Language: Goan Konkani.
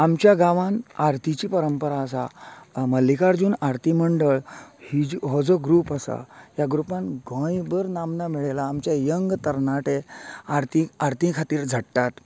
आमच्या गांवांन आरतीची परंपरा आसा मल्लिकार्जून आरती मंडळ ही जी हो जो ग्रूप आसा ह्या ग्रुपान गोंय भर नामना मेळयला जे यंग तरनाटे आरती आरती खातीर झडटात